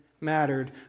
mattered